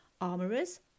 armourers